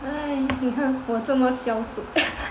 哎你看我这么孝顺